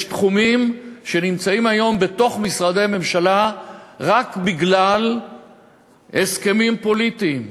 יש תחומים שנמצאים היום בתוך משרדי ממשלה רק בגלל הסכמים פוליטיים,